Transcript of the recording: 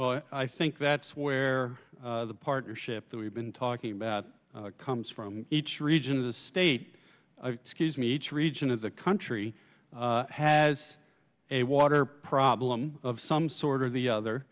i think that's where the partnership that we've been talking about comes from each region of the state scuse me each region of the country has a water problem of some sort of the other